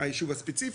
הישוב הספציפי.